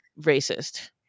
racist